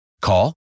Call